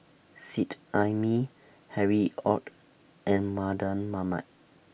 Seet Ai Mee Harry ORD and Mardan Mamat